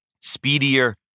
speedier